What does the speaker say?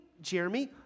Jeremy